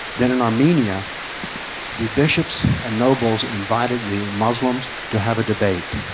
then in armenia the bishops and nobles invited the muslims to have a debate.